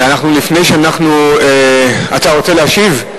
אתה רוצה להשיב?